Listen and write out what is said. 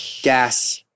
Gas